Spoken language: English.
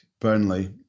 Burnley